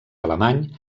alemany